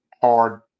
hard